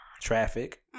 traffic